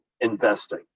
investing